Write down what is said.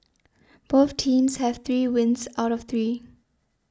both teams have three wins out of three